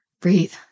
breathe